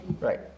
Right